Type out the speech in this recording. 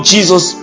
Jesus